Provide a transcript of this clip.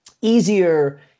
easier